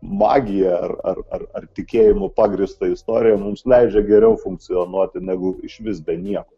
magija ar ar tikėjimu pagrįsta istorija mums leidžia geriau funkcionuoti negu išvis be nieko